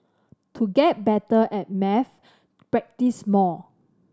to get better at maths practise more